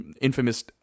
infamous